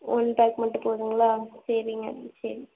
one pack மட்டும் போதுங்களா சரிங்க ம் சரி